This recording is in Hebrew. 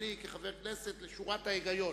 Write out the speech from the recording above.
לניסיוני כחבר כנסת, לשורת ההיגיון.